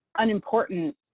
unimportant